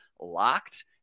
LOCKED